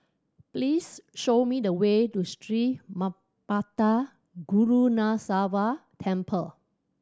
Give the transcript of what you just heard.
please show me the way to Sri Manmatha Karuneshvarar Temple